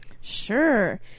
Sure